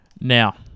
Now